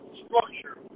structure